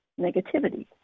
Negativity